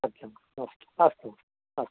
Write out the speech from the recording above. अच्छा अस्तु अस्तु अस्तु